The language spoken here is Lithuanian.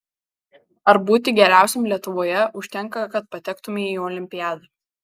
ar būti geriausiam lietuvoje užtenka kad patektumei į olimpiadą